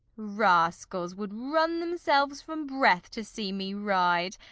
rascals, would run themselves from breath, to see me ride,